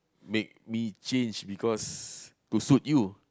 make me change because to suit you